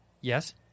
Yes